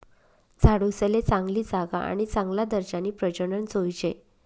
झाडूसले चांगली जागा आणि चांगला दर्जानी प्रजनन जोयजे